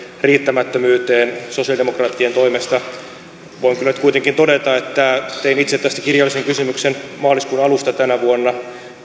riittämättömyyteen sosialidemokraattien toimista voin kyllä nyt kuitenkin todeta että tein itse tästä kirjallisen kysymyksen maaliskuun alussa tänä vuonna